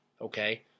okay